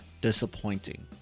disappointing